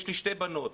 יש לי שתי בנות,